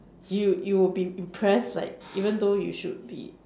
you you will be impressed like even though you should be